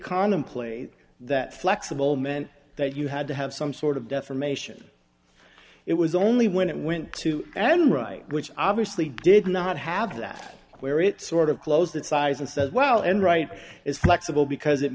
contemplate that flexible meant that you had to have some sort of defamation it was only when it went to an right which obviously did not have that where it sort of closed its eyes and says well and right it's flexible because it